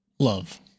Love